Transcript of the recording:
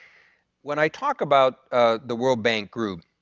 when i talk about the world bank group